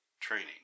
Training